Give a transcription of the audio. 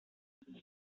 that